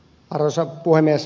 arvoisa puhemies